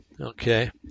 Okay